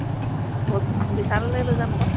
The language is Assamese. ব বিশাললৈ লৈ যাম আকৌ